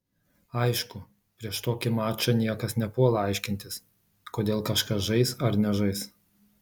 aišku prieš tokį mačą niekas nepuola aiškintis kodėl kažkas žais ar nežais